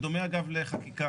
בדומה, אגב, לחקיקה.